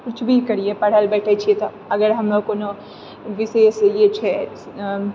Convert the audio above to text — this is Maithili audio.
कुछ भी करियै पढ़ऽ लए बैठे छियै तऽ अगर हमे कोनो विशेष ई छै